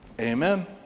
Amen